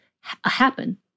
happen